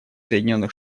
соединенных